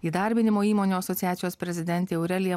įdarbinimo įmonių asociacijos prezidentė aurelija